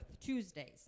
Tuesdays